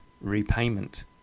repayment